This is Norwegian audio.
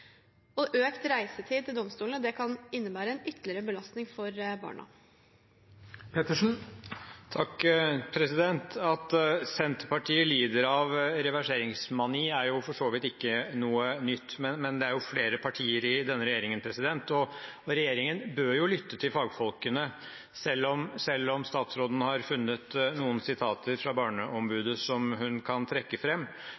og økt reisetid til domstolene kan innebære en ytterligere belastning for barna. At Senterpartiet lider av reverseringsmani, er for så vidt ikke noe nytt, men det er jo flere partier i denne regjeringen, og regjeringen bør lytte til fagfolkene. Selv om statsråden har funnet noen sitater fra